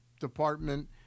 department